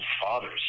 fathers